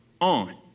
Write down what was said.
on